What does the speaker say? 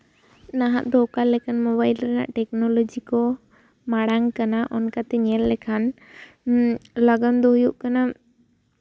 ᱱᱟᱦᱟᱜ ᱫᱚ ᱚᱠᱟ ᱞᱮᱠᱟᱱ ᱢᱳᱵᱟᱭᱤᱞ ᱨᱮᱱᱟᱜ ᱴᱮᱠᱱᱳᱞᱚᱡᱤ ᱠᱚ ᱢᱟᱲᱟᱝ ᱟᱠᱟᱱᱟ ᱚᱱᱠᱟᱛᱮ ᱧᱮᱞ ᱞᱮᱠᱷᱟᱱ ᱞᱟᱜᱟᱱ ᱫᱚ ᱦᱩᱭᱩᱜ ᱠᱟᱱᱟ